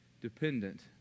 dependent